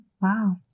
Wow